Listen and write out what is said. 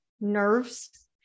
nerves